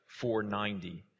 490